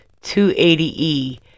280E